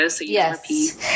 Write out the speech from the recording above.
Yes